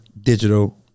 digital